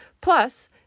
Plus